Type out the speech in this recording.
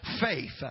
faith